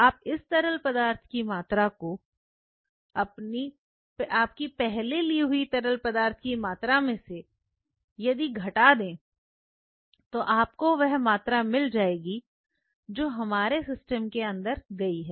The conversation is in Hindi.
अब इस तरह पदार्थ की मात्रा को आपकी पहले ली हुई तरल पदार्थ की मात्रा में से यदि घटा दें तो आपको वह मात्रा मिल जाएगी जो हमारे सिस्टम के अंदर गई है